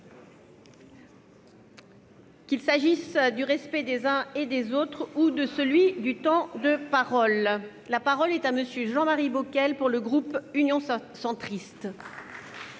qu'il s'agisse du respect des uns et des autres ou de celui du temps de parole. La parole est à M. Jean-Marie Bockel, pour le groupe Union Centriste.